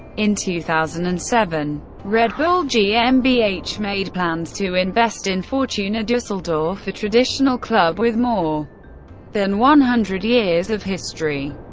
in two thousand and seven, red bull gmbh made plans to invest in fortuna dusseldorf, a traditional club with more than one hundred years of history.